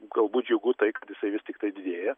galbūt džiugu tai kad jisai vis tiktai didėja